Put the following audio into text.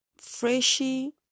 freshy